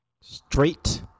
Straight